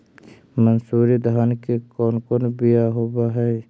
मनसूरी धान के कौन कौन बियाह होव हैं?